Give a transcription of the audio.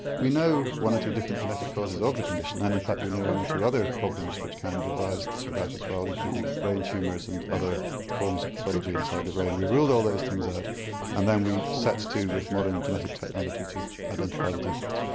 we know one or two different genetic causes of the condition and in fact we know one or two other problems which can give rise to that as well including brain tumours and other forms of pathology inside the brain. we ruled all those things out and then we set to with modern genetic technology to identify the defect.